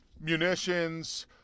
munitions